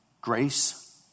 grace